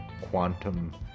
Quantum